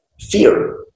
Fear